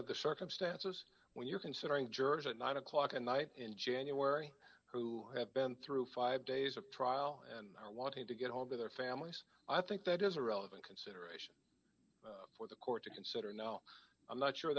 of the circumstances when you're considering jurors at nine o'clock at night in january who have been through five days of trial and are wanting to get home to their families i think that is a relevant concern for the court to consider now i'm not sure